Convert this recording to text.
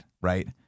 right